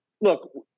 look